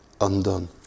undone